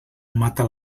mata